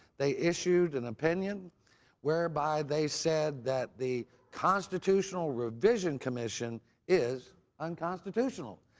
they issued an opinion where by they said that the constitutional revision commission is unconstitutional.